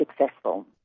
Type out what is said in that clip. successful